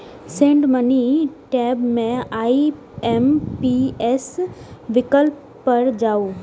send money tab मे IMPS विकल्प पर जाउ